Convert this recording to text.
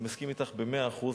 אני מסכים אתך במאה אחוז,